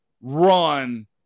run